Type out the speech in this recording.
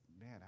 man